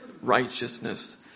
righteousness